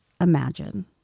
Imagine